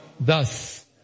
thus